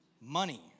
money